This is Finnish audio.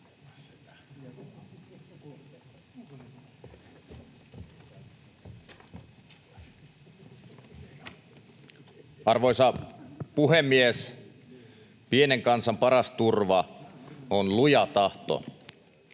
Arvoisa puhemies! Pienen kansan paras turva on luja tahto.